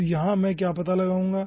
तो यहां मैं क्या पता लगाऊंगा